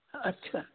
अच्छा